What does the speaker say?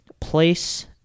place